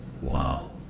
Wow